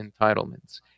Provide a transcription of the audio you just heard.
entitlements